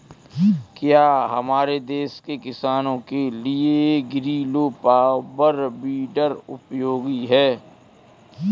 क्या हमारे देश के किसानों के लिए ग्रीलो पावर वीडर उपयोगी है?